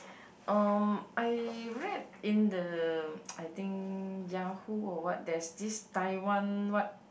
um I read in the I think Yahoo or what there's this Taiwan what